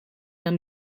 hemm